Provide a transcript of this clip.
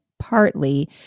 partly